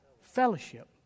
Fellowship